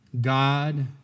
God